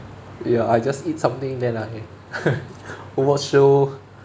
ya I just eat something then I watch show